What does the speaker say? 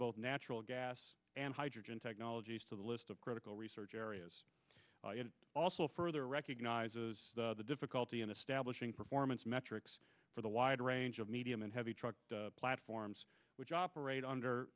both natural gas and hydrogen technologies to the list of critical research areas also further recognizes the difficulty in establishing performance metrics for the wide range of medium and heavy truck platforms which operate under